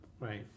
Right